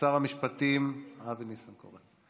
שר המשפטים אבי ניסנקורן.